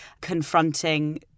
confronting